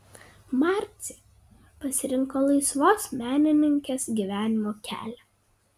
marcė pasirinko laisvos menininkės gyvenimo kelią